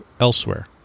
elsewhere